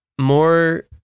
more